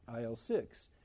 IL-6